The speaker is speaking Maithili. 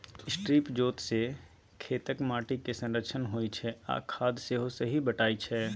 स्ट्रिप जोत सँ खेतक माटि केर संरक्षण होइ छै आ खाद सेहो सही बटाइ छै